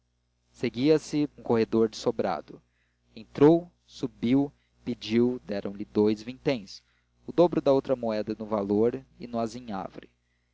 seguia-se um corredor de sobrado entrou subiu pediu deram-lhe dous vinténs o dobro da outra moeda no valor e no azinhavre